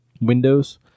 windows